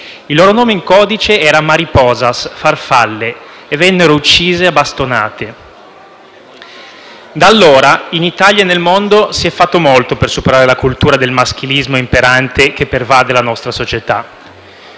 Il loro nome in codice era *mariposas* (farfalle) e vennero uccise a bastonate. Da allora in Italia e nel mondo si è fatto molto per superare la cultura del maschilismo imperante che pervade la nostra società.